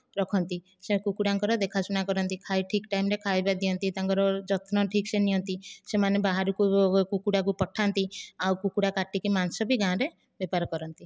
ରଖନ୍ତି ସେ କୁକୁଡ଼ାଙ୍କର ଦେଖା ଶୁଣା କରନ୍ତି ଖାଇବା ଠିକ ଟାଇମରେ ଖାଇବା ଦିଅନ୍ତି ତାଙ୍କର ଯତ୍ନ ଠିକସେ ନିଅନ୍ତି ସେମାନେ ବାହାରକୁ କୁ କୁକୁଡ଼ାକୁ ପଠାନ୍ତି ଆଉ କୁକୁଡ଼ା କାଟିକି ମାଂସ ବି ଗାଁରେ ବେପାର କରନ୍ତି